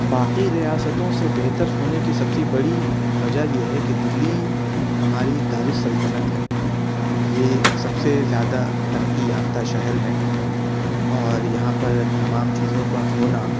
باقی ریاستوں سے بہتر ہونے کی سب سے بڑی وجہ یہ ہے کہ دلی ہماری دارالسلطنت ہے یہ سب سے زیادہ ترقی یافتہ شہر ہے اور یہاں پر تمام چیزوں کا ہونا